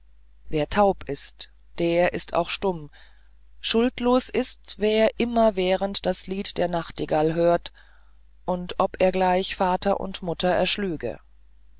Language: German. wer taub ist der ist auch stumm schuldlos ist wer immerwährend das licht der nachtigall hört und ob er gleich vater und mutter erschlüge